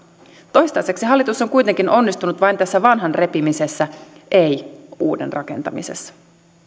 toistaiseksi hallitus on kuitenkin onnistunut vain tässä vanhan repimisessä ei uuden rakentamisessa